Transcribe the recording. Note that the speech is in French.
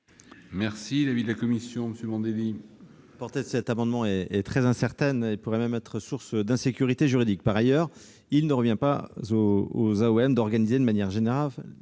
est l'avis de la commission ? La portée de cet amendement est très incertaine et pourrait être source d'insécurité juridique. Par ailleurs, il ne revient pas aux AOM d'organiser de manière générale